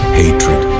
hatred